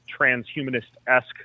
transhumanist-esque